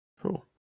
Cool